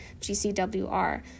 gcwr